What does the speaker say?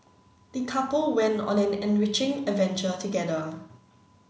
the couple went on an enriching adventure together